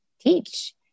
teach